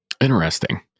Interesting